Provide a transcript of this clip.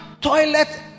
toilet